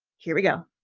here we go.